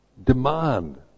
Demand